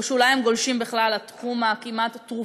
שאולי הם גולשים בכלל לתחום הכמעט-תרופתי-פסיכיאטרי.